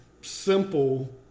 simple